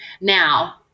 Now